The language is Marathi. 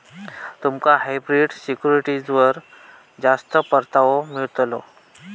तुमका हायब्रिड सिक्युरिटीजवर जास्त परतावो मिळतलो